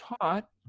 taught